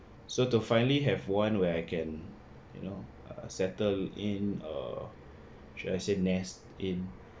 so to finally have one where I can you know settle in or should I say nest in